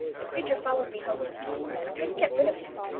the creature followed me home from somewhere. i couldn't get rid of him.